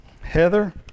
Heather